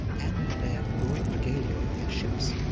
and bear royal regalia on their ships,